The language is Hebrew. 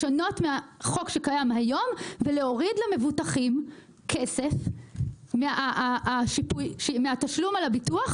לשנות מהחוק שקיים היום ולהוריד למבוטחים כסף מהתשלום על הביטוח